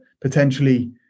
potentially